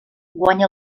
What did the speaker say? guanya